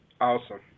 Awesome